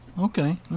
Okay